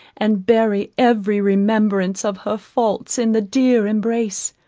and bury every remembrance of her faults in the dear embrace.